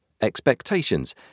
Expectations